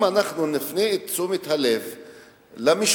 אם אנחנו נפנה את תשומת הלב למשפחה,